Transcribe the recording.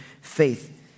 faith